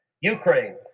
Ukraine